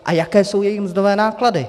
A jaké jsou jejich mzdové náklady?